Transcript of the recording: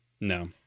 No